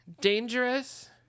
dangerous